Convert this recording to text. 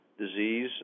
disease